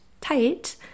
tight